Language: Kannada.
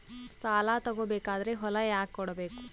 ಸಾಲ ತಗೋ ಬೇಕಾದ್ರೆ ಹೊಲ ಯಾಕ ಕೊಡಬೇಕು?